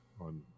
on